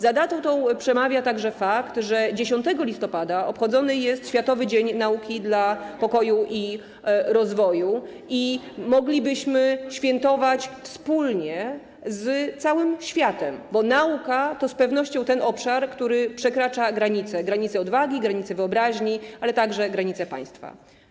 Za tą datą przemawia także fakt, że 10 listopada obchodzony jest Światowy Dzień Nauki dla Pokoju i Rozwoju i moglibyśmy świętować wspólnie z całym światem, bo nauka to z pewnością ten obszar, który przekracza granice: granice odwagi, granice wyobraźni, ale także granice państwa.